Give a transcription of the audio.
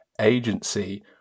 agency